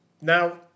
Now